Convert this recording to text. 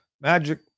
magic